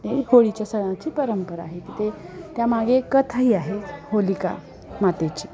हे होळीच्या सणाची परंपरा आहे ते त्यामागे कथाही आहे होलिका मातेची